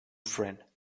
friend